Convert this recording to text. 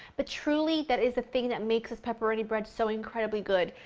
but truly that is the thing that makes this pepperoni bread so incredibly good.